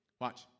watch